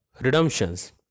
redemptions